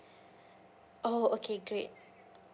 oh okay great